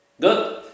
Good